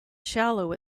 shallow